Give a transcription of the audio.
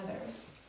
others